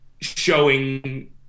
showing